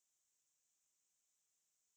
western show